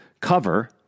cover